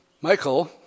Michael